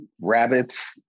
rabbits